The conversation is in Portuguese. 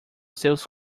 seus